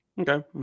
Okay